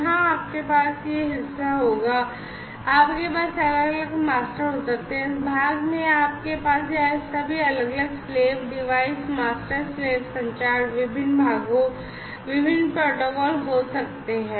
यहाँ आपके पास यह हिस्सा होगा आप के पास अलग अलग मास्टर हो सकते हैं और इस भाग में आपके पास ये सभी अलग अलग slave डिवाइस और master slave संचार विभिन्न भागों विभिन्न प्रोटोकॉल हो सकते हैं